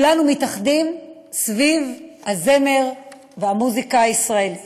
כולנו מתאחדים סביב הזמר והמוזיקה הישראלית.